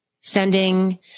Sending